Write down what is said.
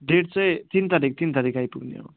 date चाहिँ तिन तारिक तिन तारिक आइपुग्ने हो